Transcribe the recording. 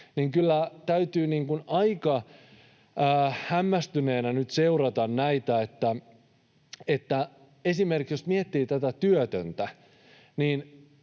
niin kyllä täytyy aika hämmästyneenä nyt seurata näitä. Jos esimerkiksi miettii työtöntä,